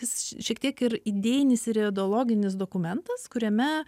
šiek tiek ir idėjinis ir ideologinis dokumentas kuriame